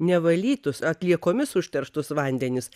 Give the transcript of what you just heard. nevalytus atliekomis užterštus vandenis